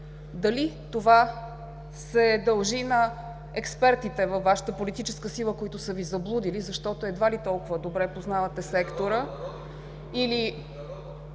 Дали това се дължи на експертите във Вашата политическа сила, които са Ви заблудили, защото едва ли толкова добре познавате сектора